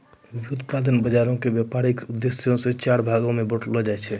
व्युत्पादन बजारो के व्यपारिक उद्देश्यो से चार भागो मे बांटलो जाय छै